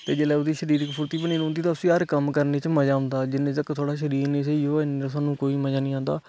ते जिसले ओहदे शरिर दी फुर्ती बनी रौंहदी ते उसी हर कम करने च मझा औंदा जिन्ने तक थुआढ़ा शरीर नेई स्हेई होऐ इन्ने चिर थुहानू कोई मजा नेई आंदा